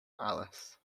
alice